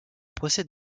procès